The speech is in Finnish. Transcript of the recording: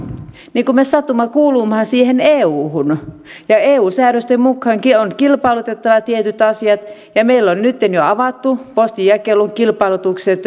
ja me satumme kuulumaan siihen euhun niin eu säädösten mukaankin on kilpailutettava tietyt asiat ja meillä on nytten jo avattu postinjakelun kilpailutukset